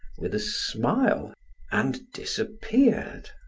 with a smile and disappeared.